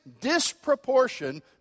disproportion